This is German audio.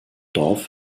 dorf